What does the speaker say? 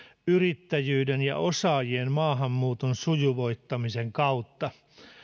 yrittäjyyden ja osaajien maahanmuuton sujuvoittamisen kautta